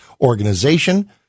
organization